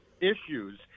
issues